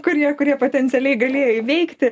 kurie kurie potencialiai galėjo įveikti